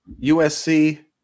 USC